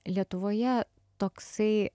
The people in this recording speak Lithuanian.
lietuvoje toksai